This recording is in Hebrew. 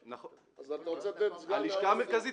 אז אתה רוצה לתת סגן --- הלשכה המרכזית